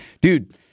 dude